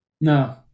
No